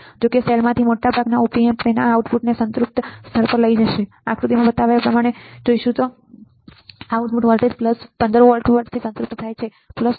જો કે સેલમાંથી મોટાભાગના op amp તેમના આઉટપુટને સંતૃપ્ત સ્તર પર લઈ જશે આકૃતિમાં બતાવેલ ઉદાહરણમાં આઉટપુટ વોલ્ટેજ 15 V પર સંતૃપ્ત થાય છે 14